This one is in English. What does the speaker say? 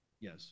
Yes